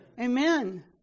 Amen